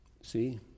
See